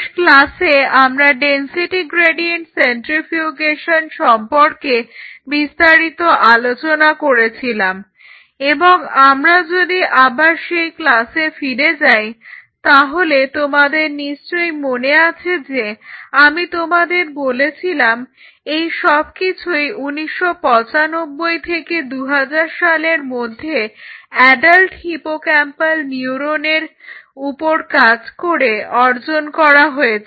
শেষ ক্লাসে আমরা ডেনসিটি গ্রেডিয়েন্ট সেন্ট্রিফিউগেশন সম্পর্কে বিস্তারিত আলোচনা করেছিলাম এবং আমরা যদি আবার সেই ক্লাসে ফিরে যাই তাহলে তোমাদের নিশ্চয়ই মনে আছে যে আমি তোমাদের বলেছিলাম এসব কিছুই 1995 থেকে 2000 সালের মধ্যে অ্যাডাল্ট হিপোক্যাম্পাল নিউরনের উপর কাজ করে অর্জন করা হয়েছে